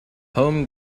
home